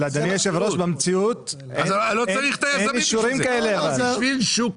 לא צריך את היזמים בשביל זה.